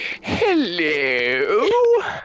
Hello